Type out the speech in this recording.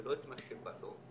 ולא את מה שבא לו.